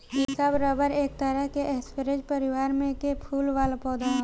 इ सब रबर एक तरह के स्परेज परिवार में के फूल वाला पौधा ह